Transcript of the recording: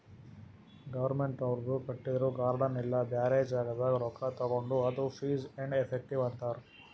ಗೌರ್ಮೆಂಟ್ದವ್ರು ಕಟ್ಟಿದು ಗಾರ್ಡನ್ ಇಲ್ಲಾ ಬ್ಯಾರೆ ಜಾಗನಾಗ್ ರೊಕ್ಕಾ ತೊಂಡುರ್ ಅದು ಫೀಸ್ ಆ್ಯಂಡ್ ಎಫೆಕ್ಟಿವ್ ಅಂತಾರ್